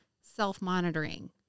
self-monitoring